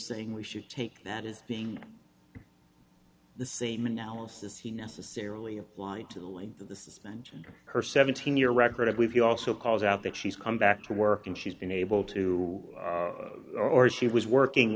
saying we should take that as being the same analysis he necessarily applied to the length of the suspension her seventeen year record i believe you also called out that she's come back to work and she's been able to or she was working